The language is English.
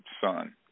son